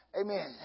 Amen